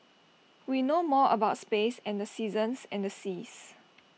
we know more about space and the seasons and the seas